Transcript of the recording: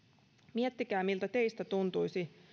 miettikää miltä teistä tuntuisi